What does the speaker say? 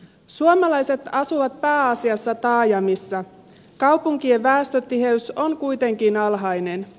suomalaiset asuvat pääasiassa taajamissa kaupunkien väestötiheys on kuitenkin alhainen